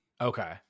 okay